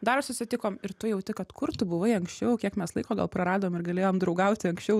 dar susitikom ir tu jauti kad kur tu buvai anksčiau kiek mes laiko gal praradom ir galėjom draugauti anksčiau